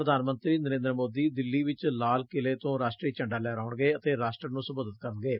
ਪ੍ਰਧਾਨ ਮੰਤਰੀ ਨਰੇਦਰ ਮੋਦੀ ਦਿੱਲੀ ਚ ਲਾਲ ਕਿਲੂੇ ਤੋ ਰਾਸਟਰੀ ਝੰਡਾ ਲਹਿਰਾਉਣਗੇ ਅਤੇ ਰਾਸਟਰ ਨੂੰ ਸੰਬੋਧਤ ਕਰਨਗੇ